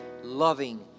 loving